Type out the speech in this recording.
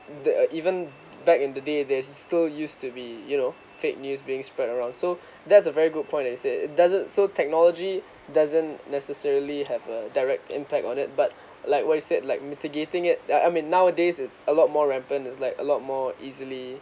there are even back in the day there's still used to be you know fake news being spread around so that's a very good point that you say doesn't so technology doesn't necessarily have a direct impact on it but like what you said like mitigating it I I mean nowadays it's a lot more rampant is like a lot more easily